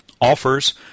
offers